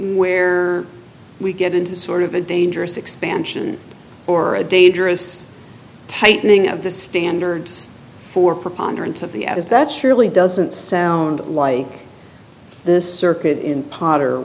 where we get into sort of a dangerous expansion or a dangerous tightening of the standards for preponderance of the ad is that surely doesn't sound like the circuit in potter